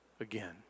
again